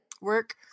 work